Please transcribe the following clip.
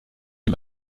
dem